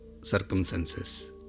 circumstances